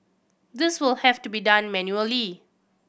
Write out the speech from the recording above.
this will have to be done manually